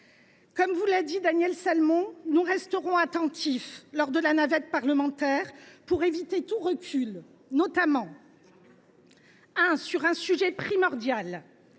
Comme l’a dit Daniel Salmon, nous resterons attentifs au cours de la navette parlementaire, pour éviter tout recul, notamment sur le sujet primordial